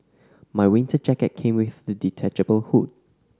my winter jacket came with a detachable hood